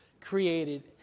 created